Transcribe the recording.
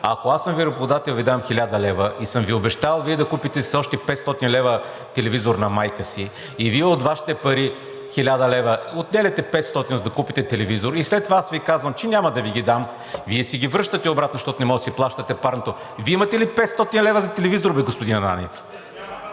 Ако аз съм Ви работодател и Ви дам 1000 лв. и съм Ви обещал да купите с още 500 лв. телевизор на майка си и Вие от Вашите пари – 1000 лв. – отделяте 500, за да купите телевизор, и след това аз Ви казвам, че няма да Ви ги дам, Вие си ги връщате обратно, защото не можете да си плащате парното. Вие имате ли 500 лв. за телевизор бе, господин Ананиев?